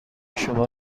شما